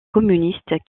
communiste